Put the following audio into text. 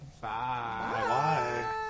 Bye